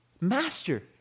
master